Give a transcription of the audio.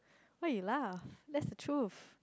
why you laugh that's the truth